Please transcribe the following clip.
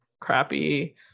crappy